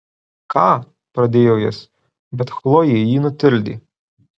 ką pradėjo jis bet chlojė jį nutildė